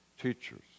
teachers